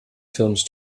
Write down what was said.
films